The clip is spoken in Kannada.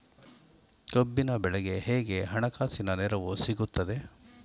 ಕಬ್ಬಿನ ಬೆಳೆಗೆ ಹೇಗೆ ಹಣಕಾಸಿನ ನೆರವು ಸಿಗುತ್ತದೆ?